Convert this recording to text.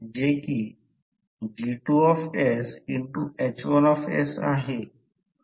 आता पुढील magnetically coupled circuit आहे